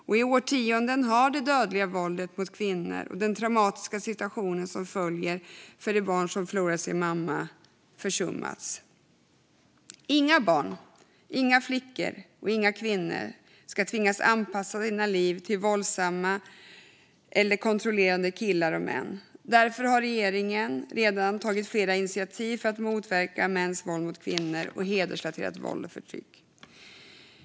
I årtionden har det dödliga våldet mot kvinnor och den traumatiska situation som följer för det barn som förlorar sin mamma försummats. Inga barn, inga flickor och inga kvinnor ska tvingas anpassa sina liv till våldsamma eller kontrollerande killar och män. Därför har regeringen redan tagit flera initiativ för att motverka mäns våld mot kvinnor och hedersrelaterat våld och förtryck.